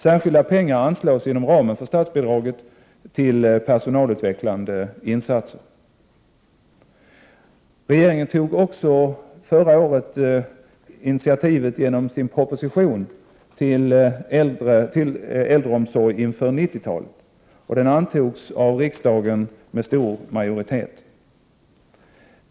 Särskilda pengar anslås inom ramen för statsbidraget till peronalutvecklande insatser. Regeringen tog också förra året genom en proposition initiativet till äldreomsorg inför 90-talet. Förslaget antogs av riksdagen med stor majoritet.